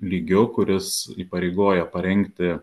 lygiu kuris įpareigoja parengti